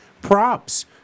Props